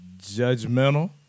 judgmental